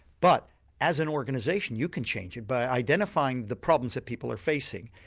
but as an organisation you can change it by identifying the problems that people are facing,